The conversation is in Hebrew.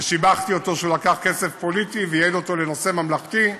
ושיבחתי אותו שהוא לקח כסף פוליטי וייעד אותו לנושא ממלכתי,